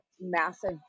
massive